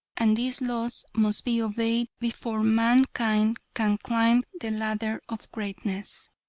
and these laws must be obeyed before mankind can climb the ladder of greatness.